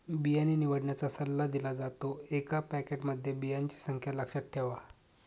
बियाणे निवडण्याचा सल्ला दिला जातो, एका पॅकेटमध्ये बियांची संख्या लक्षात ठेवा